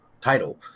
title